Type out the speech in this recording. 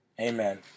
Amen